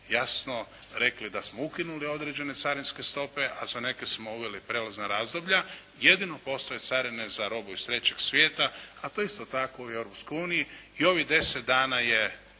jasno rekli da smo ukinuli određene carinske stope, a za neke smo uveli prijelazna razdoblja. Jedino postoje carine za robu iz 3. svijeta, a to isto tako i u Europskoj uniji. I ovih 10 dana je